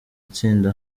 itsinda